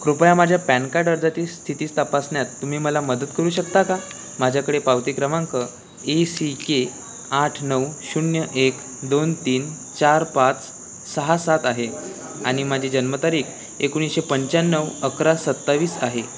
कृपया माझ्या PAN card अर्जाची स्थिती तपासण्यात तुम्ही मला मदत करू शकता का माझ्याकडे पावती क्रमांक ए सी के आठ नऊ शून्य एक दोन तीन चार पाच सहा सात आहे आणि माझी जन्मतारीख एकोणीशे पंच्याण्णव अकरा सत्तावीस आहे